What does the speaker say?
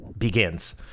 begins